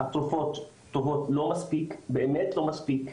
התרופות טובות לא מספיק, באמת לא מספיק.